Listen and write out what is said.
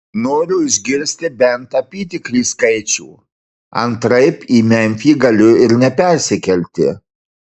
noriu išgirsti bent apytikrį skaičių antraip į memfį galiu ir nepersikelti